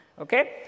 okay